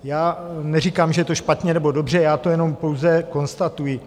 Já neříkám, že to špatně nebo dobře, já to jenom pouze konstatuji.